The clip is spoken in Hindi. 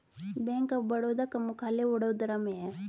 बैंक ऑफ बड़ौदा का मुख्यालय वडोदरा में है